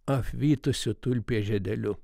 apvytusiu tulpės žiedeliu